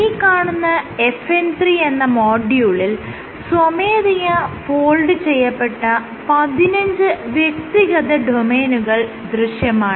ഈ കാണുന്ന FN 3 എന്ന മോഡ്യൂളിൽ സ്വമേധയാ ഫോൾഡ് ചെയ്യപ്പെട്ട 15 വ്യക്തിഗത ഡൊമെയ്നുകൾ ദൃശ്യമാണ്